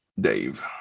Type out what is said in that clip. Dave